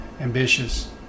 ambitious